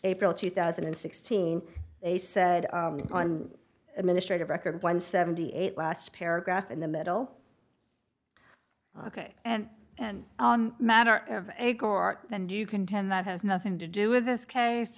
april two thousand and sixteen they said on administrative record one seventy eight last paragraph in the middle ok and and matter of a court and you contend that has nothing to do with this case